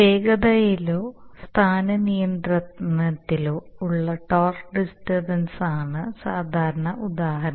വേഗതയിലോ സ്ഥാന നിയന്ത്രണത്തിലോ ഉള്ള ടോർക്ക് ഡിസ്റ്റർബൻസ് ആണ് സാധാരണ ഉദാഹരണം